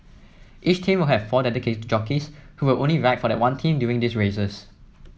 each team will have four dedicated jockeys who will only ride for that one team during these races